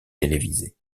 télévisées